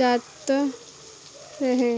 जात रहे